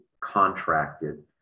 contracted